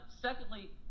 secondly